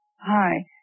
Hi